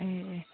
ꯑꯦ ꯑꯦ